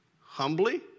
humbly